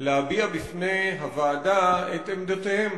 להביע בפני הוועדה את עמדותיהם.